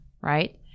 Right